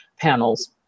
panels